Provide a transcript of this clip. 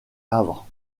havre